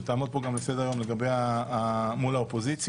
שתעמוד פה גם על סדר-היום מול האופוזיציה.